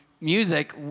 music